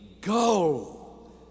Go